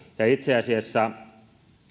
ja itse asiassa